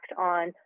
on